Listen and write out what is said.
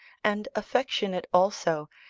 and affectionate also,